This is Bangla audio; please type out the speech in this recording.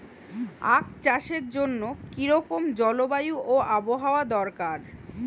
আখ চাষের জন্য কি রকম জলবায়ু ও আবহাওয়া দরকার?